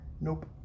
Nope